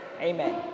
Amen